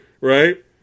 right